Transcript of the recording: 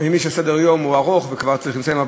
אני מבין שסדר-היום ארוך וכבר צריך לסיים,